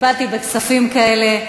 טיפלתי בכספים כאלה,